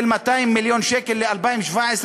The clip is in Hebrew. של 200 מיליון שקל ל-2017,